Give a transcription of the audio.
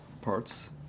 parts